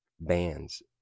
bands